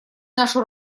нашу